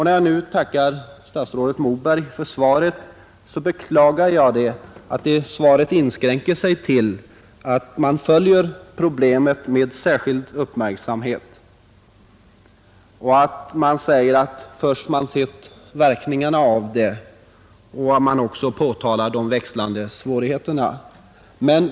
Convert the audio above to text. När jag nu tackar statsrådet Moberg för svaret beklagar jag samtidigt att statsrådet inskränker sig till att säga att man följer problemet med särskild uppmärksamhet men att man inte kan ta ställning till frågorna förrän verkningarna av konflikten klarlagts.